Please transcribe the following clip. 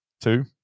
two